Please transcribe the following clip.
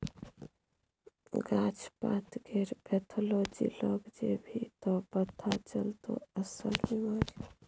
गाछ पातकेर पैथोलॉजी लग जेभी त पथा चलतौ अस्सल बिमारी